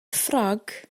ffrog